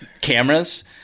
cameras